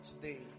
today